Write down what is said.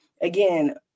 again